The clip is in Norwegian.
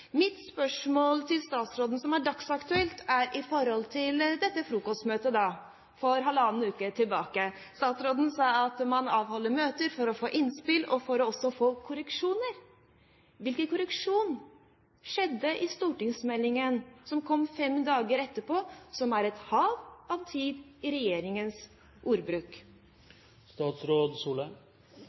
Mitt spørsmål til statsråden som er dagsaktuelt, er: Når det gjelder dette frokostmøtet for halvannen uke tilbake, sa statsråden at man avholder møter for å få innspill, men også for å få korreksjoner. Hvilken korreksjon skjedde i stortingsmeldingen som kom fem dager etterpå, som er et hav av tid i regjeringens